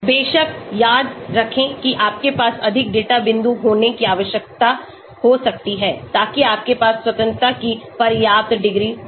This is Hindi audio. बेशक याद रखें कि आपके पास अधिक डेटा बिंदु होने की आवश्यकता हो सकती है ताकि आपके पास स्वतंत्रता की पर्याप्त डिग्री हो